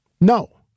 No